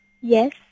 Yes